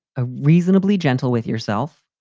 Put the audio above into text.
a reasonably gentle with yourself.